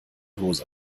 hose